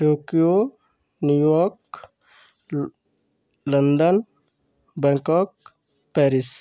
Tokyo New York London Bangkok Paris